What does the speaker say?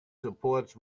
supports